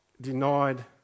denied